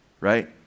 right